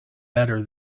better